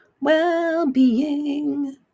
well-being